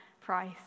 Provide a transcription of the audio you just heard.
price